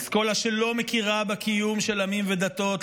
אסכולה שלא מכירה בקיום של עמים ודתות,